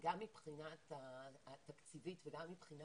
גם מבחינה תקציבית וגם מבחינה